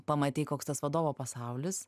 pamatei koks tas vadovo pasaulis